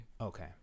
Okay